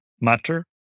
matter